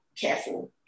careful